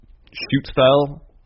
shoot-style